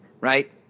right